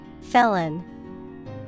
Felon